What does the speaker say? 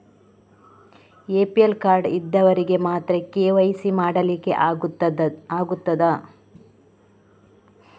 APL card ಇದ್ದವರಿಗೆ ಮಾತ್ರ KYC ಮಾಡಲಿಕ್ಕೆ ಆಗುತ್ತದಾ?